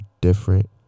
different